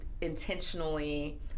intentionally